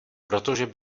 protože